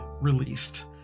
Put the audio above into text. released